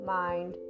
mind